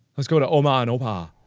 let's go to oma and opa.